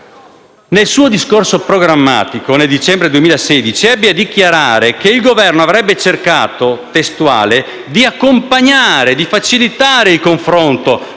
Nel suo discorso programmatico, nel dicembre 2016, lei ebbe a dichiarare che il Governo avrebbe cercato di accompagnare, di facilitare il confronto